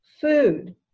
food